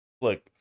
Look